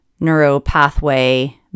neuropathway